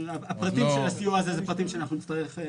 הפרטים של הסיוע הזה, אלה פרטים שנצטרך לסכם.